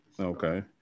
Okay